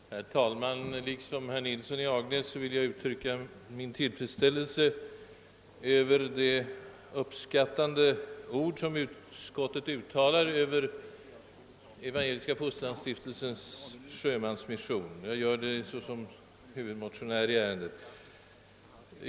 Herr talman! Liksom herr Nilsson i Agnäs vill jag uttrycka min tillfredsställelse över de uppskattande ord som utskottet uttalar om Evangeliska fosterlandsstiftelsens sjömansmission. Jag gör det som huvudmotionär i ärendet.